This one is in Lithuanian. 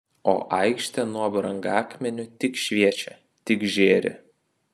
o aikštė nuo brangakmenių tik šviečia tik žėri